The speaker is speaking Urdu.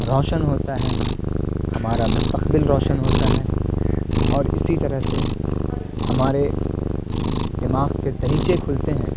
روشن ہوتا ہے ہمارا مستقبل روشن ہوتا ہے اور اسی طرح سے ہمارے دماغ کے دریچے کھلتے ہیں